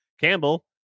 Campbell